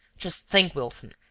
just think, wilson,